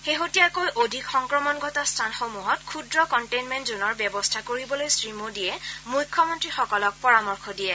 শেহতীয়াকৈ অধিক সংক্ৰমণ ঘটা স্থানসমূহত ক্ষুদ্ৰ কণ্টেইনমেণ্ট জনৰ ব্যৱস্থা কৰিবলৈ শ্ৰীমোডীয়ে মুখ্যমন্ত্ৰীসকলক পৰামৰ্শ দিয়ে